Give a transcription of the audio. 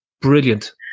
brilliant